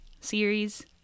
series